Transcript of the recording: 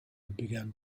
began